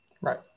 Right